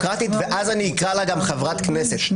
כי אני לא מצליח חבר הכנסת שיקלי קריאה ראשונה,